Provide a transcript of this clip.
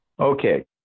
Okay